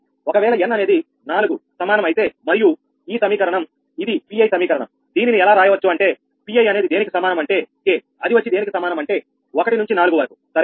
ఒకవేళ n అనేది 4 సమానం అయితే మరియు ఈ సమీకరణం ఇది Pi సమీకరణం దీనిని ఎలా రాయవచ్చు అంటే Pi అనేది దేనికి సమానం అంటే k అది వచ్చి దేనికి సమానం అంటే 1 నుంచి 4 వరకు సరేనా